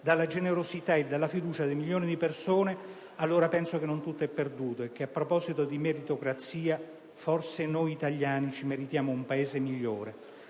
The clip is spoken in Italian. dalla generosità e dalla fiducia di milioni di persone, allora penso che non tutto è perduto e che, a proposito di meritocrazia, forse noi italiani ci meritiamo un Paese migliore».